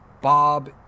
Bob